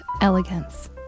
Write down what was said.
elegance